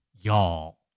y'all